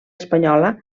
espanyola